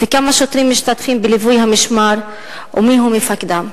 2. כמה שוטרים משתתפים בליווי המשמר ומי הוא מפקדם?